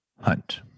Hunt